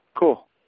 Cool